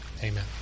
Amen